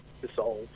dissolve